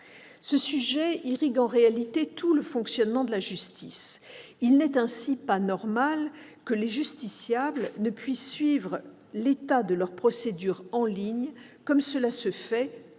Ce sujet irrigue en réalité tout le fonctionnement de la justice. Ainsi, il n'est pas normal que les justiciables ne puissent suivre l'état de leur procédure en ligne, comme cela se fait, toute